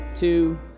two